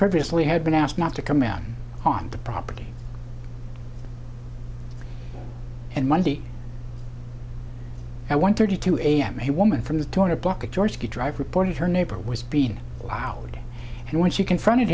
previously had been asked not to come out on the property and monday and one thirty two a m a woman from the two hundred block of georgia drive reported her neighbor was being loud and when she confronted